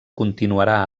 continuarà